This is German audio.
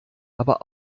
aber